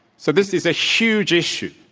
so this is a huge issue.